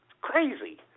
crazy